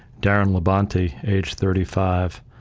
darren labonte, age thirty five,